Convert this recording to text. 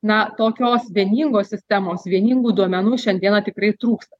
na tokios vieningos sistemos vieningų duomenų šiandieną tikrai trūksta